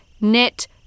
net